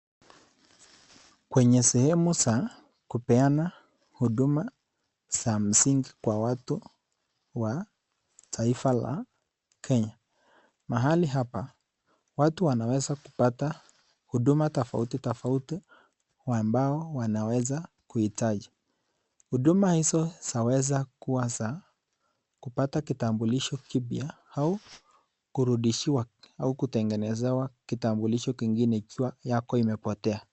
Kwenye sehemu za kupeana huduma za msingi kwa watu wa taifa la Kenya. Mahali hapa watu wanaweza kupata huduma tofauti tofauti ambao wanaweza kuhitaji. Huduma hizo zaweza kuwa za kupata kitambulisho kipya au kurudishiwa au kutengenezewa kitambulisho ingine ikiwa yako imepotea.